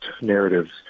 narratives